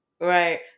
right